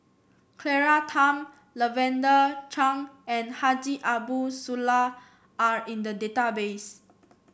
Claire Tham Lavender Chang and Haji Ambo Sooloh are in the database